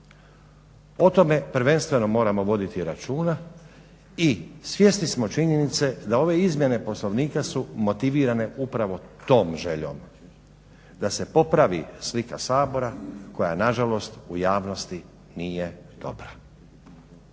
O tome prvenstveno moramo voditi računa i svjesni smo činjenice da ove izmjene Poslovnika su motivirane upravo tom željom da se popravi slika Sabora koja nažalost u javnosti nije dobra.